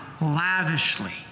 lavishly